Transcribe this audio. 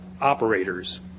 operators